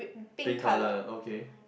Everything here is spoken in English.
pink colour okay